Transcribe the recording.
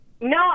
no